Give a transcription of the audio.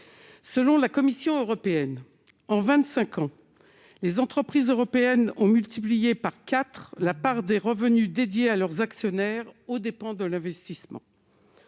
selon la Commission européenne en 25 ans, les entreprises européennes ont multiplié par 4 la part des revenus dédié à leurs actionnaires aux dépens de l'investissement,